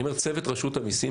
צוות רשות המיסים,